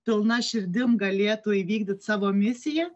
pilna širdim galėtų įvykdyt savo misiją